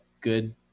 good